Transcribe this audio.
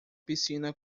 piscina